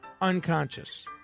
unconscious